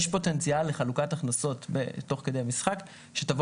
יש פוטנציאל לחלוקת הכנסות תוך כדי משחק שתבוא